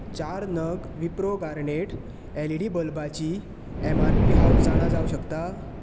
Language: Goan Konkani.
चार नग Wipro garnet L E D बल्बाची ऍम आर पी हांव जाणा जावंक शकता